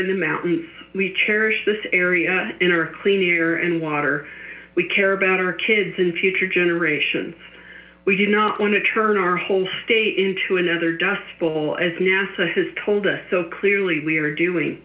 and the mountain we cherish this area in our clean air and water we care about our kids and future generations we do not want to turn our whole state into another dust bowl as nasa has told us so clearly we are doing